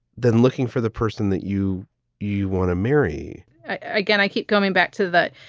then looking for the person that you you want to marry again, i keep coming back to that.